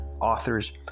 authors